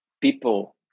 people